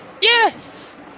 Yes